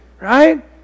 Right